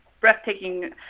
breathtaking –